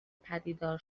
پدیدار